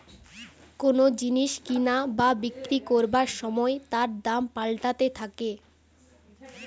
কোন জিনিস কিনা বা বিক্রি করবার সময় তার দাম পাল্টাতে থাকে